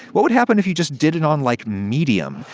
what would happen if you just did it on like medium?